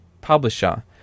publisher